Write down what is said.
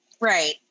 Right